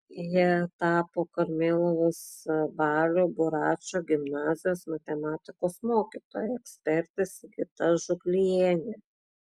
ja tapo karmėlavos balio buračo gimnazijos matematikos mokytoja ekspertė sigita žuklijienė